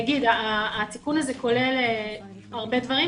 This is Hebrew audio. התיקון הזה כולל הרבה דברים,